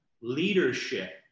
leadership